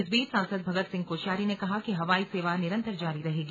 इस बीच सांसद भगत सिंह कोश्यारी ने कहा कि हवाई सेवा निरंतर जारी रहेगी